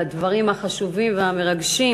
על הדברים החשובים והמרגשים.